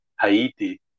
Haiti